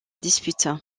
dispute